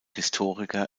historiker